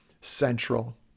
central